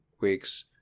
weeks